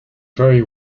very